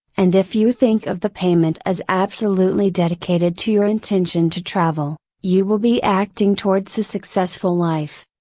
and if you think of the payment as absolutely dedicated to your intention to travel, you will be acting towards a successful life.